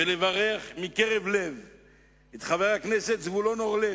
ולברך מקרב לב את חבר הכנסת זבולון אורלב,